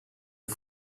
und